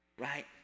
right